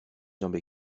jambes